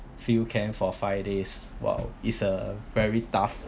field camp for five days !wow! is a very tough